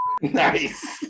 Nice